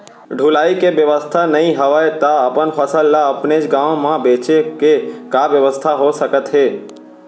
ढुलाई के बेवस्था नई हवय ता अपन फसल ला अपनेच गांव मा बेचे के का बेवस्था हो सकत हे?